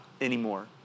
anymore